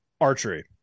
Archery